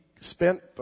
spent